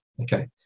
Okay